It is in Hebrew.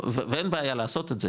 ואין בעיה לעשות את זה,